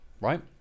right